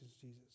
Jesus